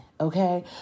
okay